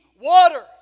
water